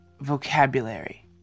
vocabulary